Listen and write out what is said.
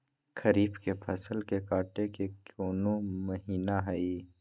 खरीफ के फसल के कटे के कोंन महिना हई?